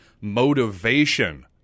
motivation